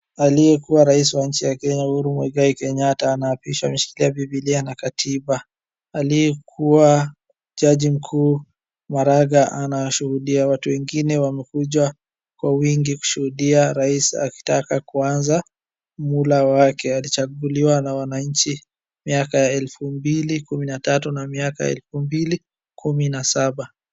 Aliyekuwa Rais wa nchi ya Kenya Uhuru Muigai Kenyatta anaapisha mshikilia biblia na katiba. Aliyekuwa jaji mkuu Maraga anashuhudia. Watu wengine wamekuja kwa wingi kushuhudia Rais akitaka kuanza muhula wake. Alichaguliwa na wananchi miaka ya elfu mbili kumi na tatu na miaka elfu mbili kumi na saba.